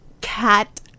cat